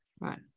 right